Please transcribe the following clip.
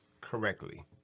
correctly